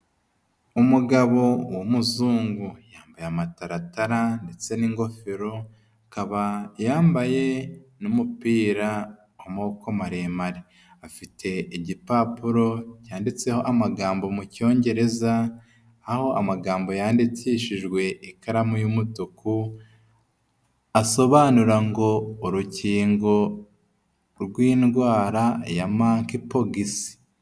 Umugabo w'umuzungu yambaye amataratara ndetse n'ingofero akaba yambaye n'umupira w'amaboko maremare. Afite igipapuro cyanditseho amagambo mu cyongereza, aho amagambo yandikishijwe ikaramu y'umutuku, asobanura ngo urukingo rw'indwara ya manki pogisi.